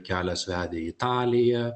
kelias vedė į italiją